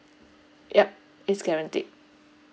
yup it's guaranteed